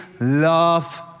love